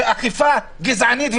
ובאכיפה גזענית,